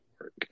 work